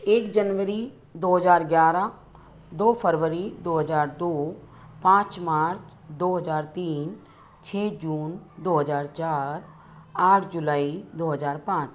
एक जनवरी दो हज़ार ग्यारह दो फरवरी दो हज़ार दो पाँच मार्च दो हज़ार तीन छः जून दो हज़ार चार आठ जुलाई दो हज़ार पाँच